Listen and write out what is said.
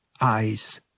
eyes